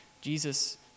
Jesus